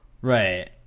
Right